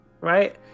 right